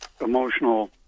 emotional